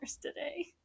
Today